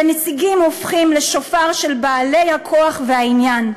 ונציגים הופכים לשופר של בעלי הכוח והעניין.